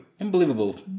Unbelievable